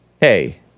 hey